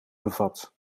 bevat